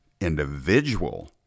individual